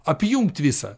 apjungt visa